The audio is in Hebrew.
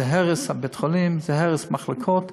זה הרס בית-החולים, זה הרס מחלקות,